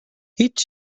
هیچ